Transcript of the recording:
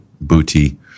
booty